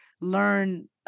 learn